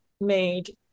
made